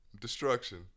destruction